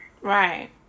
Right